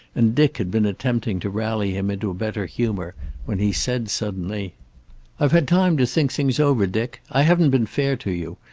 and dick had been attempting to rally him into better humor when he said suddenly i've had time to think things over, dick. i haven't been fair to you.